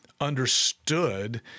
understood